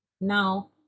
Now